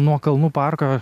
nuo kalnų parko